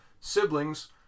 siblings